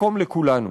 מקום לכולנו.